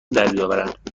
دربیاورند